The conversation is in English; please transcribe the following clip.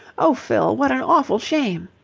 oh, fill, what an awful shame!